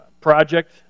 project